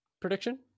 prediction